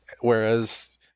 Whereas